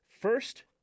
First